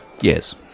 Yes